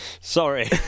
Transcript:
Sorry